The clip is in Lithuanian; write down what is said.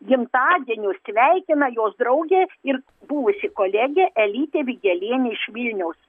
gimtadieniu sveikina jos draugė ir buvusi kolegė elytė vigelienė iš vilniaus